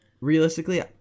realistically